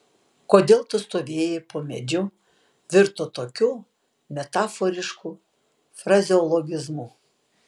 kodėl tu stovėjai po medžiu virto tokiu metaforišku frazeologizmu